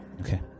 Okay